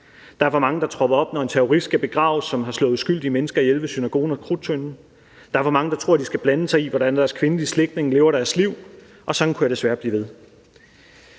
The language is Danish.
Der er for mange, der tropper op, når en terrorist, som har slået uskyldige mennesker ihjel ved synagogen og Krudttønden, skal begraves. Der er for mange, der tror, at de skal blande sig i, hvordan deres kvindelige slægtninge lever deres liv, og sådan kunne jeg desværre blive ved.